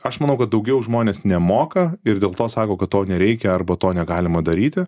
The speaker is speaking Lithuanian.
aš manau kad daugiau žmonės nemoka ir dėl to sako kad to nereikia arba to negalima daryti